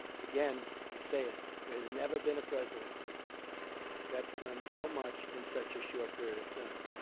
again, i say it there has never been a presidency that's done so much in such a short period of time.